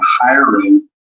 hiring